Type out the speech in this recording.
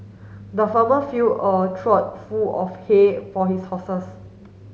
the farmer fill a trough full of hay for his horses